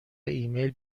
ایمیل